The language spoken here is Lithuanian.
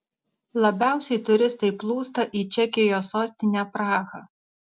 labiausiai turistai plūsta į čekijos sostinę prahą